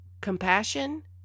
compassion